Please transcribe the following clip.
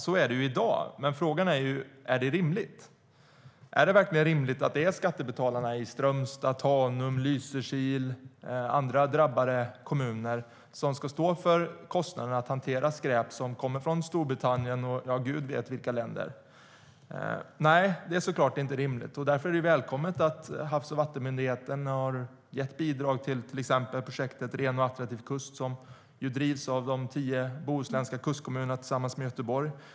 Så är det i dag, men frågan är: Är det rimligt att det är skattebetalarna i Strömstad, Tanum, Lysekil och andra drabbade kommuner som ska stå för kostnaderna för att hantera skräp som kommer från Storbritannien och från Gud vet vilka länder? Nej, det är såklart inte rimligt. Därför är det välkommet att Havs och vattenmyndigheten har lämnat bidrag till exempelvis projektet Ren och attraktiv kust, som ju drivs av de tio bohuslänska kustkommunerna tillsammans med Göteborg.